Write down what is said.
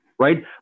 right